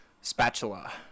Spatula